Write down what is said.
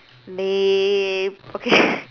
lame okay